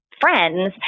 friends